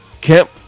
Camp